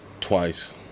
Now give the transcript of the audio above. twice